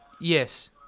Yes